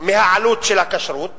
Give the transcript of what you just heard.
העלות של הכשרות